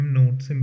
notes